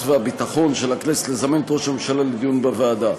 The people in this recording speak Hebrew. והביטחון של הכנסת לזמן את ראש הממשלה לדיון בוועדה.